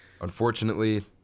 unfortunately